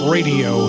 Radio